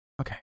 Okay